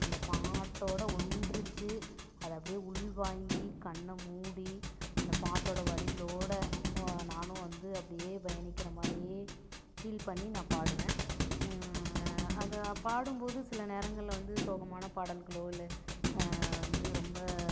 அந்த பாட்டோட ஒன்றிச்சு அதை அப்படியே உள்வாங்கி கண்ணை முடி அந்த பாட்டோடய வரிகளோடு போ நானும் வந்து அப்படியே பயணிக்கிற மாதிரியே ஃபீல் பண்ணி நான் பாடுவேன் அதை பாடும்போது சில நேரங்களில் வந்து சோகமான பாடல்களோ இல்லை வந்து ரொம்ப